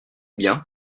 bien